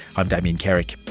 i'm damien carrick.